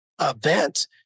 event